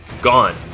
Gone